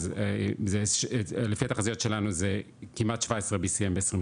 אז לפי התחזיות שלנו זה כמעט 17 BCM ב- 2026,